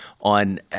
on